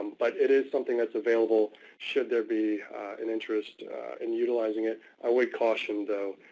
but it is something that's available should there be an interest in utilizing it. i would caution, though,